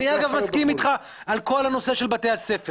אני אגב מסכים אתך על כל הנושא של בתי-הספר,